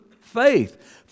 faith